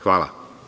Hvala.